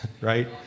right